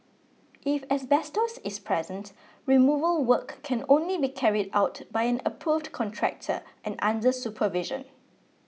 if asbestos is present removal work can only be carried out by an approved contractor and under supervision